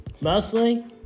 Mostly